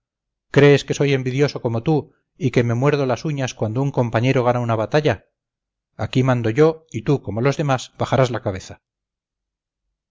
crees que soy envidioso como tú y que me muerdo las uñas cuando un compañero gana una batalla aquí mando yo y tú como los demás bajarás la cabeza